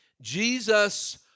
Jesus